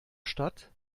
statt